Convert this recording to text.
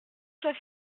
soit